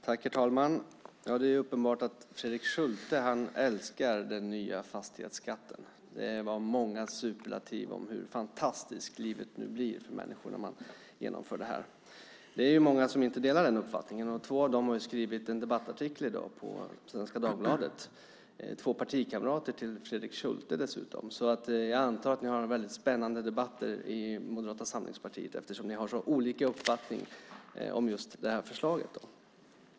Herr talman! Det är uppenbart att Fredrik Schulte älskar den nya fastighetsskatten. Det var många superlativ om hur fantastiskt livet nu blir för människor när man genomför detta. Det är många som inte delar den uppfattningen. Två av dem har skrivit en debattartikel i dag i Svenska Dagbladet. Det är dessutom två partikamrater till Fredrik Schulte. Jag antar att ni har väldigt spännande debatter i Moderata samlingspartiet eftersom ni har så olika uppfattning om just det här förslaget.